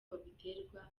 babiterwa